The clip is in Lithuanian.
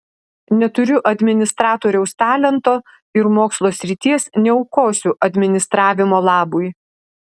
neturiu administratoriaus talento ir mokslo srities neaukosiu administravimo labui